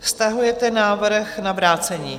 Stahujete návrh na vrácení?